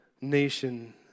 nation